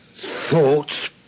Thoughts